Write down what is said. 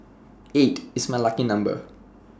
eight is my lucky number